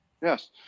Yes